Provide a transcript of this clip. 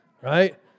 right